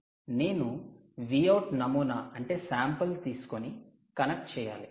నేను Vout నమూనా తీసుకోని కనెక్ట్ చేయాలి